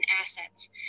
assets